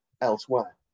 elsewhere